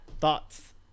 Thoughts